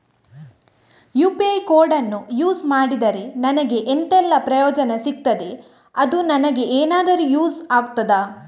UPI ಕೋಡನ್ನು use ಮಾಡಿದ್ರೆ ನನಗೆ ಎಂಥೆಲ್ಲಾ ಪ್ರಯೋಜನ ಸಿಗ್ತದೆ, ಅದು ನನಗೆ ಎನಾದರೂ ಯೂಸ್ ಆಗ್ತದಾ?